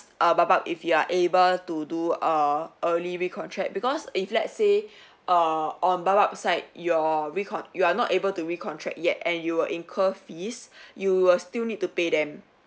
err baobab if you are able to do err early recontract because if let's say err on baobab's side your recon~ you are not able to recontract yet and you will incur fees you will still need to pay them